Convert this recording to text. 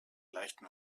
leichten